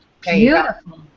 Beautiful